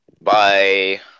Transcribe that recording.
Bye